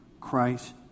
Christ